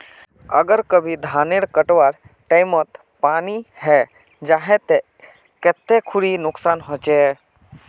अगर कभी धानेर कटवार टैमोत पानी है जहा ते कते खुरी नुकसान होचए?